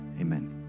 amen